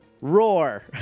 roar